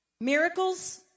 Miracles